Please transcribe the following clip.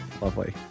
Lovely